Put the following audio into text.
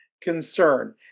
concern